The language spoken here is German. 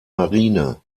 marine